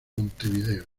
montevideo